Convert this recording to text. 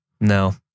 no